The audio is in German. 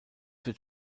wird